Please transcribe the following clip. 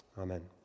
Amen